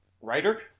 Writer